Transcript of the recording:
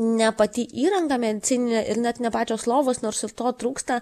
ne pati įranga medicininė ir net ne pačios lovos nors ir to trūksta